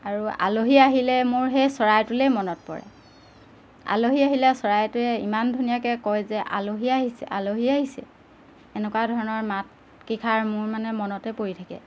আৰু আলহী আহিলে মোৰ সেই চৰাইটোলে মনত পৰে আলহী আহিলে চৰাইটোৱে ইমান ধুনীয়াকৈ কয় যে আলহী আহিছে আলহী আহিছে এনেকুৱা ধৰণৰ মাতকেইষাৰ মোৰ মানে মনতে পৰি থাকে